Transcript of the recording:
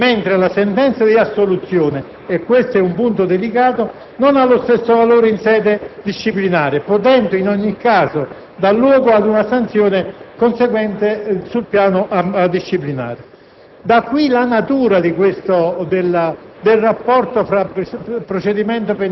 comporta sempre anche il riconoscimento di una responsabilità disciplinare, mentre la sentenza di assoluzione - e questo è un punto delicato - non ha lo stesso valore in sede disciplinare, potendo in ogni caso dar luogo ad una sanzione sul piano disciplinare.